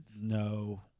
No